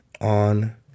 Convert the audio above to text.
on